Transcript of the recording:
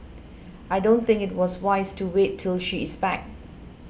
I don't think it was wise to wait till she is back